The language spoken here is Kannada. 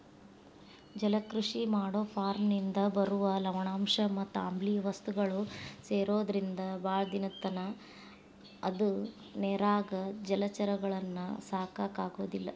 ಜಲಕೃಷಿ ಮಾಡೋ ಫಾರ್ಮನಿಂದ ಬರುವ ಲವಣಾಂಶ ಮತ್ ಆಮ್ಲಿಯ ವಸ್ತುಗಳು ಸೇರೊದ್ರಿಂದ ಬಾಳ ದಿನದತನ ಅದ ನೇರಾಗ ಜಲಚರಗಳನ್ನ ಸಾಕಾಕ ಆಗೋದಿಲ್ಲ